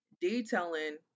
detailing